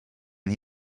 and